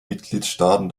mitgliedstaaten